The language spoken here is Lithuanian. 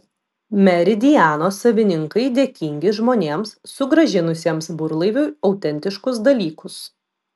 meridiano savininkai dėkingi žmonėms sugrąžinusiems burlaiviui autentiškus dalykus